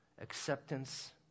acceptance